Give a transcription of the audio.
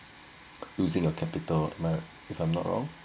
losing a capital am I right if I'm not wrong